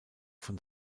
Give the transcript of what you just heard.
von